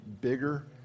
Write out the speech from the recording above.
bigger